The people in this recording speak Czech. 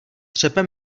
třepe